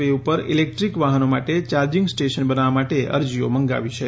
way ઉપર electric વાહનો માટે ચાર્જિંગ સ્ટેશન બનાવવા માટે અરજીઓ મંગાવી છે